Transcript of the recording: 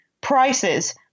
prices